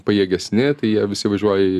pajėgesni tai jie visi važiuoja į